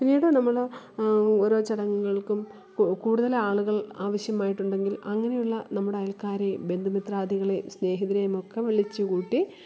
പിന്നീട് നമ്മൾ ഓരോ ചടങ്ങുകള്ക്കും കു കൂടുതലാളുകള് ആവശ്യമായിട്ടുണ്ടെങ്കില് അങ്ങനെയുള്ള നമ്മുടെ അയല്ക്കാരെയും ബന്ധുമിത്രാദികളെയും സ്നേഹിതരെയും ഒക്കെ വിളിച്ചുകൂട്ടി